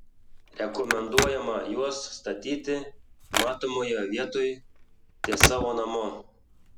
rekomenduojama juos statyti matomoje vietoj ties savo namu